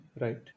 Right